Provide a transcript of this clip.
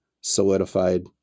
solidified